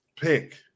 pick